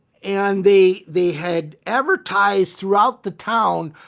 and the the had advertised throughout the town,